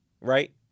right